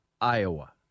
Iowa